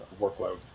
workload